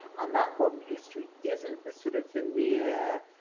and that modern history isn't the sort of veneer,